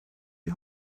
die